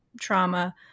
trauma